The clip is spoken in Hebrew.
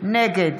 נגד